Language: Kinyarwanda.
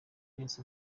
pius